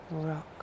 rock